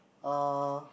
uh